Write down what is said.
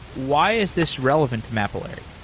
why is this relevant to mapillary?